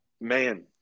man